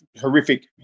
horrific